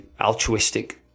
altruistic